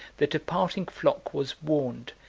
the departing flock was warned,